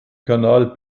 kanal